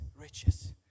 riches